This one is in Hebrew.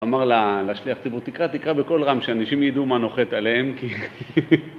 אמר לשליח ציבור, תקרא, תקרא בקול רם, שאנשים ידעו מה נוחת עליהם.